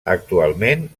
actualment